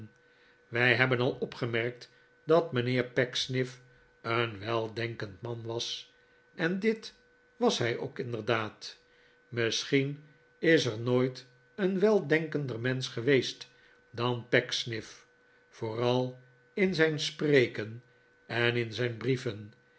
wij hebben al opgemerkt dat mijnheer pecksniff een weldenkend man was en dit was hij ook inderdaad misschien is er nooit een weldenkender mensch geweest dan pecksniff vooral in zijn spreken en in zijn brieven